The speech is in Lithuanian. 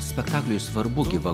spektakliui svarbu gyva